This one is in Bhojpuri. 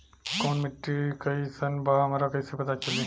कोउन माटी कई सन बा हमरा कई से पता चली?